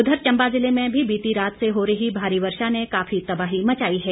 उधर चंबा ज़िले में भी बीती रात से हो रही भारी वर्षा ने काफी तबाही मचाई है